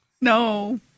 No